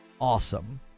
Awesome